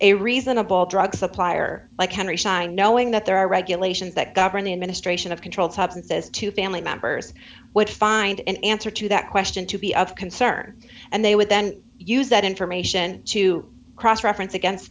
a reasonable drug supplier like can resign knowing that there are regulations that govern the administration of controlled substances to family members would find an answer to that question to be of concern and they would then use that information to cross reference against